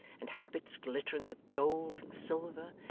and habits glittering with gold and silver,